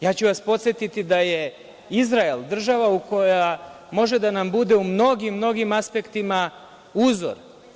Ja ću vas podsetiti da je Izrael država koja može da nam bude u mnogim, mnogim aspektima uzor.